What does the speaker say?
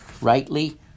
rightly